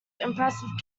impressive